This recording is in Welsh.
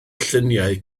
lluniau